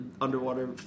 underwater